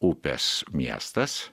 upės miestas